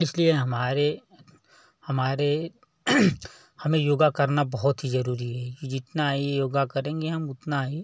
इसलिए हमारे हमारे हमें योग करना बहुत ही जरूरी है कि जितना योग करेंगे हम उतना ही